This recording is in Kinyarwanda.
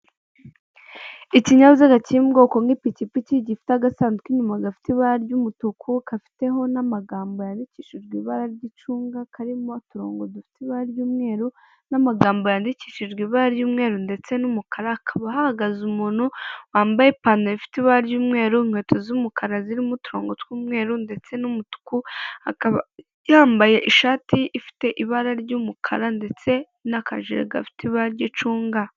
Ikinyabiziga kiri mu bwoko bw'ipikipiki gifite agasanduku k'inyuma gafite ibara ry'umutuku kafiteho n'amagambo yandikishijwe ibara ry'icunga karimo uturongo dufite ibara ry'umweru n'amagambo yandikishijwe ibara ry'umweru ndetse n'umukara hakaba ahagaze umuntu wambaye ipantaro ifite ibara ry'umweru inkweto z'umukara zirimo uturongo tw'umweru ndetse n'umutuku akaba yambaye ishati ifite ibara ry'umukara ndetse n'akajire gafite ibara ry'icunga.